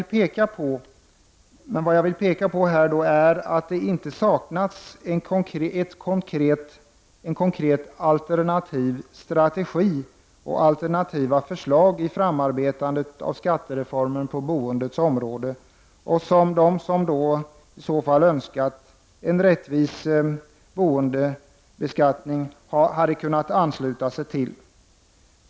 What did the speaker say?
Men vad jag vill peka på är att det inte saknats en konkret alternativ strategi och alternativa förslag i framarbetandet av skattereformen på boendets område som de som önskat en rättvis boendebeskattning hade kunnat ansluta sig till.